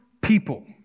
people